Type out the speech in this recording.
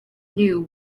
knew